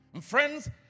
Friends